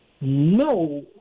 no